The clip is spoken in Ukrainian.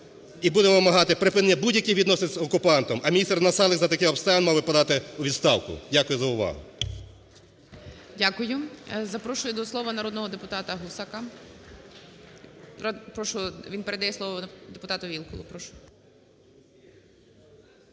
і будемо вимагати припинити будь-які відношення з окупантом, а міністр Насалик за таких обставин мав би подати у відставку. Дякую за увагу. ГОЛОВУЮЧИЙ. Дякую. Запрошую до слова народного депутата Гусака. Прошу, він передає слово депутатуВілкулу,